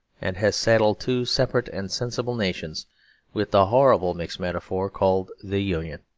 and has saddled two separate and sensible nations with the horrible mixed metaphor called the union.